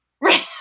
right